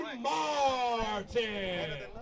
Martin